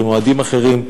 עם אוהדים אחרים,